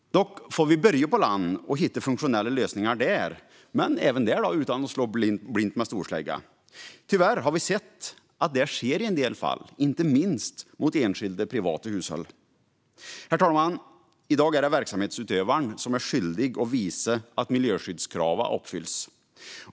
Vi måste börja på land och hitta funktionella lösningar där, även här utan att slå blint med storsläggan. Tyvärr har vi sett att det sker i en del fall, inte minst mot enskilda privata hushåll. Herr talman! I dag är det verksamhetsutövaren som är skyldig att visa att miljöskyddskraven uppfylls.